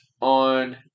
on